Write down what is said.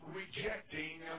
rejecting